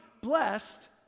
blessed